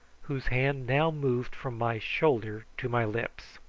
whose hand now moved from my shoulder to my lips.